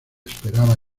esperaba